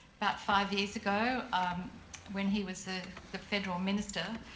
about five years ago um when he was ah the federal minister,